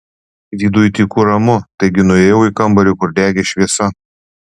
viduj tyku ramu taigi nuėjau į kambarį kur degė šviesa